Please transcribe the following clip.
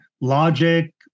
logic